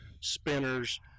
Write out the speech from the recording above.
spinners